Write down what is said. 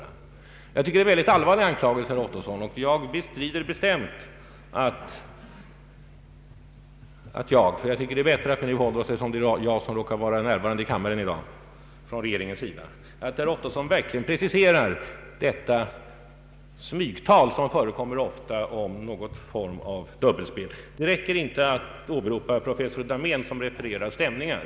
Jag tycker att detta är en mycket allvarlig anklagelse, herr Ottosson, och jag bestrider bestämt vad herr Ottosson här har anklagat mig för; jag tycker det är lika bra att vi håller oss till mina uttalanden eftersom det är jag från regeringens sida som råkar vara närvarande i kammaren i dag. Herr Ottosson bör verkligen inför kammaren precisera detta smygtal om någon form av dubbelspel, som så ofta förekommer. Det räcker inte att åberopa professor Dahmén som refererar stämningar.